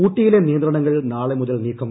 ഊട്ടിയിലെ നിയന്ത്രണങ്ങൾ നാളെ മുതൽ നീക്കും